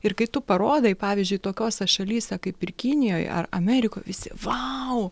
ir kai tu parodai pavyzdžiui tokiose šalyse kaip ir kinijoj ar amerikoj visi vau